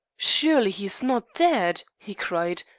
surely he is not dead? he cried,